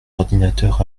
ordinateur